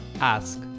ask